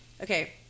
Okay